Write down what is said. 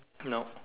no